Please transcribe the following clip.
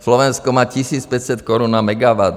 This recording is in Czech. Slovensko má 1500 korun na megawatt.